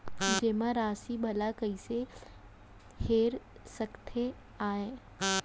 जेमा राशि भला कइसे हेर सकते आय?